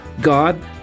God